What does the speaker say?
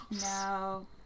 No